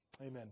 Amen